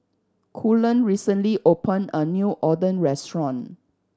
Cullen recently opened a new Oden restaurant